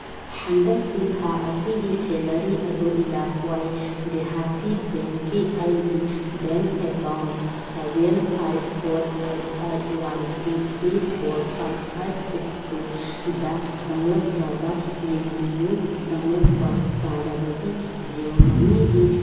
ꯍꯟꯗꯛꯀꯤ ꯊꯥ ꯑꯁꯤꯒꯤ ꯁꯦꯂꯔꯤ ꯑꯗꯨ ꯏꯂꯥꯀ꯭ꯋꯥꯏ ꯗꯤꯍꯥꯇꯤ ꯕꯦꯡꯛꯀꯤ ꯑꯩꯒꯤ bank account seven eight four eight eight one three three four five five six ꯇꯨꯗ ꯆꯪꯂꯛꯈ꯭ꯔꯕ ꯌꯦꯡꯕꯤꯎ ꯆꯪꯂꯛꯄ ꯇꯥꯔꯕꯗꯤ ꯖꯤꯑꯣ ꯃꯅꯤꯒꯤ